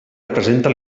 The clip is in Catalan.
representa